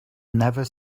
never